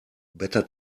better